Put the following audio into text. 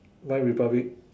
my republic